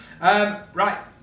Right